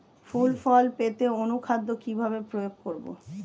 ফুল ফল পেতে অনুখাদ্য কিভাবে প্রয়োগ করব?